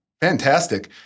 Fantastic